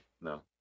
No